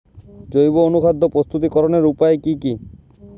জৈব অনুখাদ্য প্রস্তুতিকরনের উপায় কী কী?